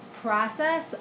process